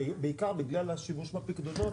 בעיקר בגלל השימוש בפיקדונות.